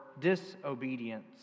disobedience